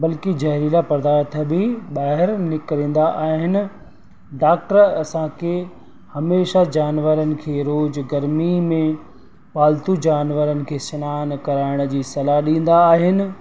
बल्कि ज़हरीला पदार्थ बि ॿाहिरि निकिरंदा आहिनि डॉक्टर असांखे हमेशा जानवरनि खे रोज़ु गर्मी में पालतू जानवरनि खे सनानु कराइण जी सलाह ॾींदा आहिनि